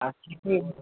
राजनीति